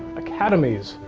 academies,